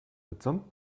mitsamt